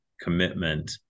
commitment